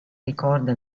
ricorda